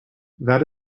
that